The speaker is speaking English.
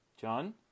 John